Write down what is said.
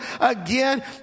again